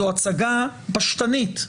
זו הצגה פשטנית.